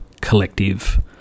collective